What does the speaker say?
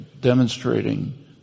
demonstrating